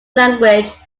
language